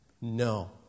No